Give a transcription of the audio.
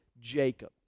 Jacob